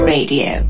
Radio